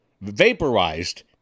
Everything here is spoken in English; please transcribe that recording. vaporized